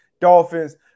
Dolphins